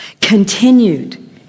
continued